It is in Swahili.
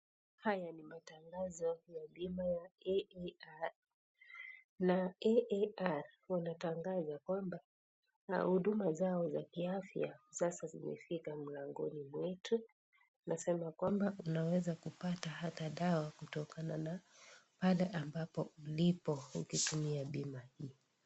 Haya ni matangazo ya bima ya AAR na AAR wanatangaza kwamba huduma zao za kiafya sasa zimefika mlangoni mwetu. Inasema kwamba unaweza kupata hata dawa kutokana na pale ambapo ulipo ukitumia bima hii.